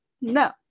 no